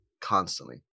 constantly